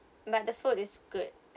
but the food is good